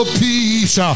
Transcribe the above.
peace